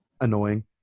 annoying